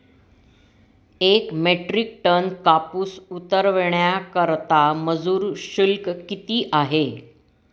एक metric ton कापूस उतरवण्याकरता मजूर शुल्क किती आहे?